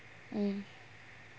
mm